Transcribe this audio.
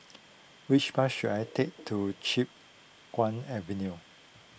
which bus should I take to Chiap Guan Avenue